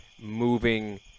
moving